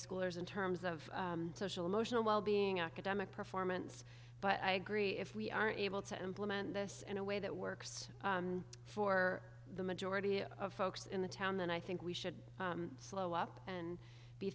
schoolers in terms of social emotional well being academic performance but i agree if we are able to implement this in a way that works for the majority of folks in the town then i think we should slow up and be